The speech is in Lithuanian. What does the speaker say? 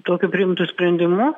tokiu priimtu sprendimu